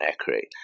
accurate